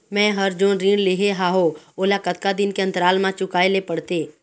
मैं हर जोन ऋण लेहे हाओ ओला कतका दिन के अंतराल मा चुकाए ले पड़ते?